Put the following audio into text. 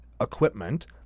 equipment